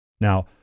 Now